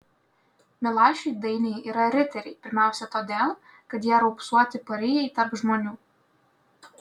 milašiui dainiai yra riteriai pirmiausia todėl kad jie raupsuoti parijai tarp žmonių